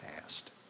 past